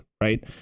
right